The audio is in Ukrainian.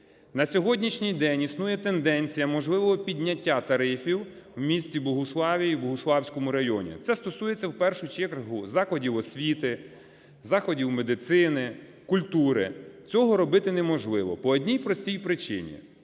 На сьогоднішній день існує тенденція можливого підняття тарифів у місті Богуславі і Богуславському районі. Це стосується у першу чергу закладів освіти, закладів медицини, культури. Цього робити неможливо по одній простій причині.